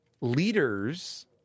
leaders